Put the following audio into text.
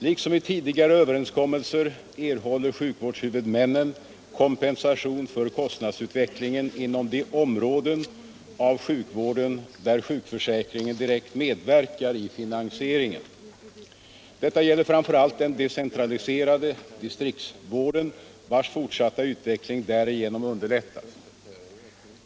Liksom i tidigare överenskommelser erhåller sjukvårdshuvudmännen kompensation för kostnadsutvecklingen inom de områden av sjukvården där sjukförsäkringen direkt medverkar i finansieringen. Detta gäller framför allt i den decentraliserade distriktssjukvården, vars fortsatta utveckling därigenom underlättas.